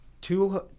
two